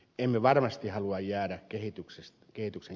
emme varmasti halua jäädä kehityksen kelkasta